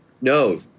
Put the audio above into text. No